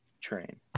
train